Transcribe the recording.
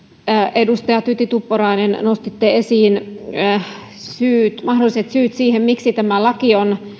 edustaja tytti tuppurainen nostitte esiin mahdolliset syyt siihen miksi tämä laki on